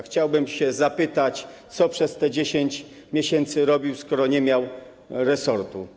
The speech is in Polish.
Chciałbym się zapytać: Co przez te 10 miesięcy robił, skoro nie miał resortu?